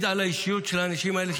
של האנשים האלה,